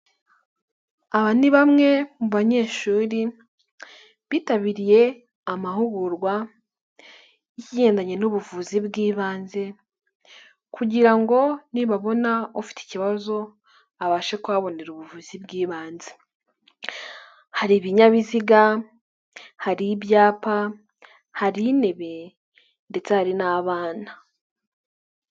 Aba ni bamwe mu banyeshuri bitabiriye amahugurwa y'ikigendanye n'ubuvuzi bw'ibanze kugira ngo nibabona ufite ikibazo abashe kuhabonera ubuvuzi bw'ibanze, hari ibinyabiziga, hari ibyapa, hari intebe ndetse hari n'abana.